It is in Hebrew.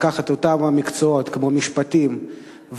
לקחת את אותם מקצועות כמו משפטים וראיית-חשבון,